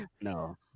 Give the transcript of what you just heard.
no